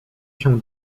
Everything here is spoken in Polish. się